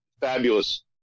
fabulous